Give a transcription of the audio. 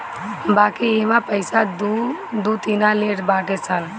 बाकी इहवा पईसा दूना तिना लेट बाटे सन